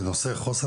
בנושא חוסר